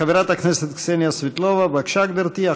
חברת הכנסת קסניה סבטלובה, בבקשה, גברתי.